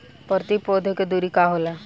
प्रति पौधे के दूरी का होला?